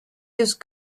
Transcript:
just